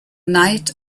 night